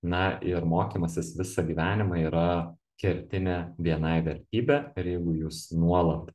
na ir mokymasis visą gyvenimą yra kertinė bni vertybė ir jeigu jūs nuolat